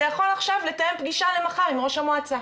ויכול עכשיו לתאם פגישה למחר עם ראש המועצה.